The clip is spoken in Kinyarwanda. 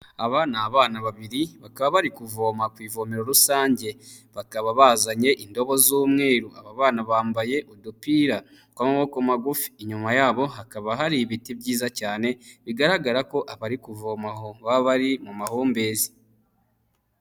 Aba ni abana babiri bakaba bari kuvoma ku ivomero rusange bakaba bazanye indobo z'umweru, aba bana bambaye udupira tw'amaboko magufi, inyuma yabo hakaba hari ibiti byiza cyane bigaragara ko abari kuvoma aho baba bari mu mahumbezi.